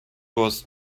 was